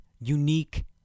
unique